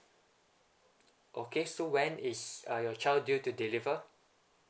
okay so when is uh your child due to deliver